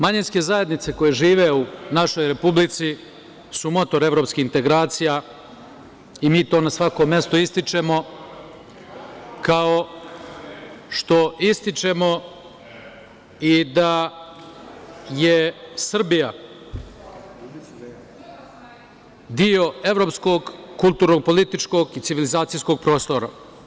Manjinske zajednice koje žive u našoj Republici su motor evropskih integracija i mi to na svakom mestu ističemo, kao što ističemo i da je Srbija deo evropskog kulturno-političkog i civilizacijskog prostora.